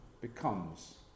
becomes